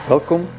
Welkom